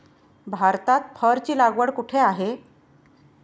भारतात फरची लागवड कुठे आहे?